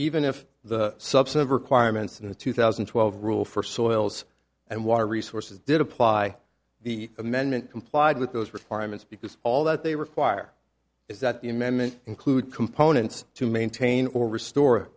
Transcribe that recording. even if the subset of requirements in the two thousand and twelve rule for soils and water resources did apply the amendment complied with those requirements because all that they require is that the amendment include components to maintain or restore